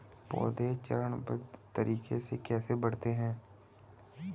पौधे चरणबद्ध तरीके से कैसे बढ़ते हैं?